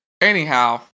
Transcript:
Anyhow